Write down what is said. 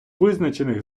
визначених